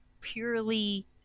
purely